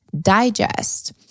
digest